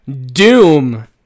Doom